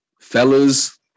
fellas